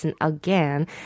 again